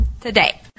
today